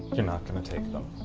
you're not gonna take them.